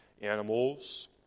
animals